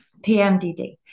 PMDD